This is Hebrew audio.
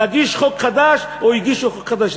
נגיש חוק חדש, או הגישו חוק חדש.